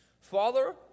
Father